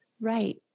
Right